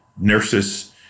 nurses